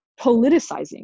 politicizing